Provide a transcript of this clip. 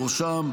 בראשם,